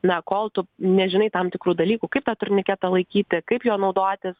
na kol tu nežinai tam tikrų dalykų kaip tą turniketą laikyti kaip juo naudotis